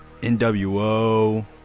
NWO